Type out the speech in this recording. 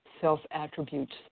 self-attributes